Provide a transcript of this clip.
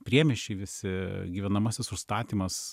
priemiesčiai visi gyvenamasis užstatymas